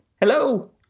hello